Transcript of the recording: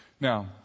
Now